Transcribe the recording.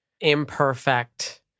imperfect